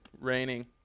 raining